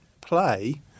play